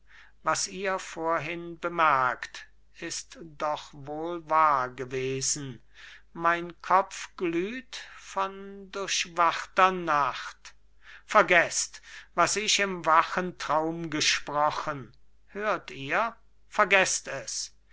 was ihr vorhin bemerkt ist doch wohl wahr gewesen mein kopf glüht von durchwachter nacht vergeßt was ich im wachen traum gesprochen hört ihr vergeßt es